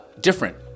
different